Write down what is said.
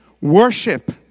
worship